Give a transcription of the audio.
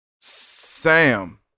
Sam